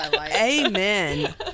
Amen